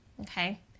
okay